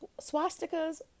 swastikas